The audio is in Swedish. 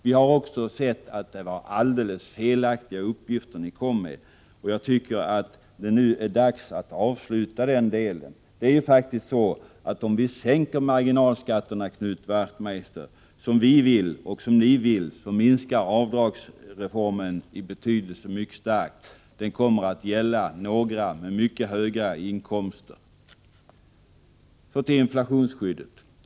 Vi har också sett att det var alldeles felaktiga uppgifter ni kom med. Jag tycker att det nu är dags att avsluta den delen. Det är faktiskt så att om vi sänker marginalskatterna som vi vill och som ni vill, Knut Wachtmeister, då minskar avdragsreformens betydelse mycket starkt. Den kommer då att bara gälla några få med mycket höga inkomster. Så till inflationsskyddet.